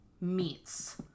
meats